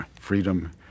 freedom